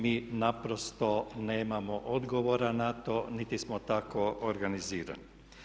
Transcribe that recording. Mi naprosto nemamo odgovora na to niti smo tako organizirani.